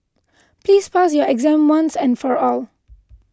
please pass your exam once and for all